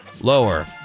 Lower